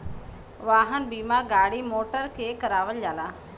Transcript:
वाहन बीमा गाड़ी मोटर के करावल जाला